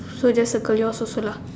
so just circle yours also lah